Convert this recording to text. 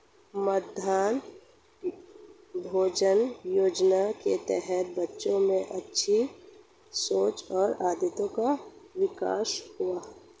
मध्याह्न भोजन योजना के तहत बच्चों में अच्छी सोच और आदतों का विकास हुआ